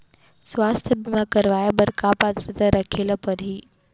स्वास्थ्य बीमा करवाय बर का पात्रता रखे ल परही?